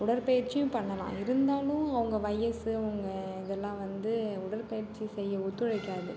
உடற்பயிற்சியும் பண்ணலாம் இருந்தாலும் அவங்க வயசு அவங்க இதெல்லாம் வந்து உடற்பயிற்சி செய்ய ஒத்துழைக்காது